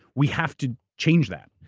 we have to change that.